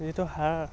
যিটো সাৰ